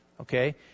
Okay